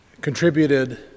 contributed